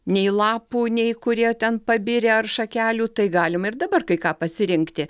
nei lapų nei kurie ten pabirę ar šakelių tai galima ir dabar kai ką pasirinkti